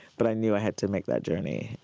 but i knew i had to make that journey,